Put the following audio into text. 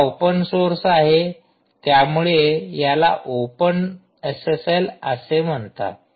हा open source आहे त्यामुळे याला ओपन एसएसएल असे म्हणतात